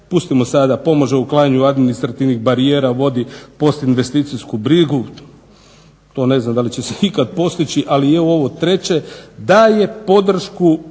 pustimo sada pomaže u otklanjanju administrativnih barijera, vodi postinvesticijsku brigu, to ne znam da li će se ikad postići, ali je ovo treće, daje podršku